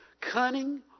cunning